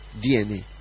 DNA